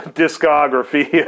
discography